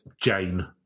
Jane